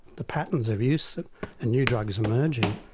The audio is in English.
the patterns of use and new drugs emerging,